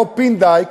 בוב פינדייק,